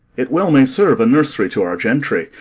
it well may serve a nursery to our gentry,